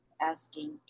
asking